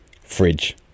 fridge